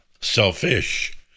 selfish